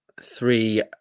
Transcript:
Three